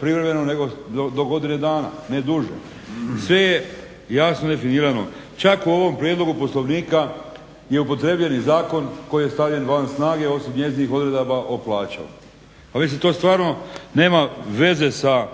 privremeno nego do godine dana, ne duže. Sve je jasno definirano. Čak u ovom prijedlogu Poslovnika je upotrijebljen i zakon koji je stavljen van snage osim njezinih odredaba o plaći. Mislim to stvarno nema veze sa